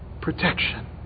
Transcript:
protection